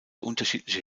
unterschiedliche